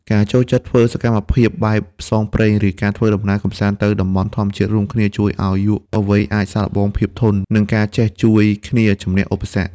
ការចូលចិត្តធ្វើសកម្មភាពបែបផ្សងព្រេង ឬការធ្វើដំណើរកម្សាន្តទៅតំបន់ធម្មជាតិរួមគ្នា ជួយឱ្យយុវវ័យអាចសាកល្បងភាពធន់ និងការចេះជួយគ្នាជម្នះឧបសគ្គ។